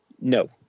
No